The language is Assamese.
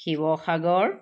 শিৱসাগৰ